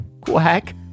Quack